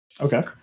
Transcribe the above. Okay